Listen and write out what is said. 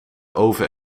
oven